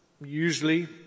usually